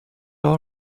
all